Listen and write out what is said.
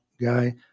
guy